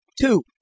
Two